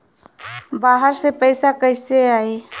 बाहर से पैसा कैसे आई?